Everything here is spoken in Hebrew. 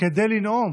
כדי לנאום.